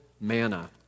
manna